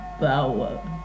power